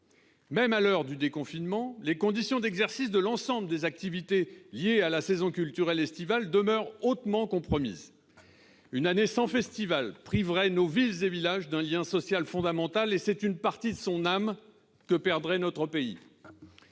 Même à l'heure du déconfinement, les conditions d'exercice de l'ensemble des activités liées à la saison culturelle estivale demeurent hautement compromises. Une année sans festival priverait nos villes et nos villages d'un lien social fondamental, et c'est une partie de son âme que perdrait notre pays.